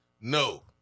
No